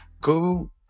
go